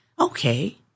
Okay